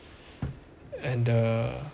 and uh